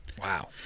Wow